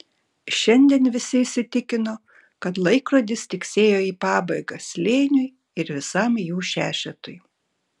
šiandien visi įsitikino kad laikrodis tiksėjo į pabaigą slėniui ir visam jų šešetui